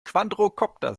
quadrokopter